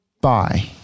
Bye